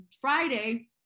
Friday